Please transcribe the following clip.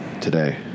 today